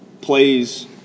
plays